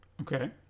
Okay